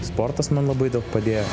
sportas man labai daug padėjo